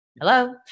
hello